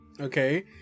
Okay